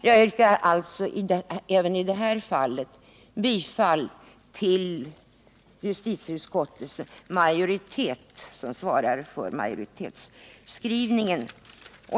Jag yrkar alltså även i detta fall bifall till utskottsmajoritetens hemställan.